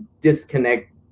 disconnect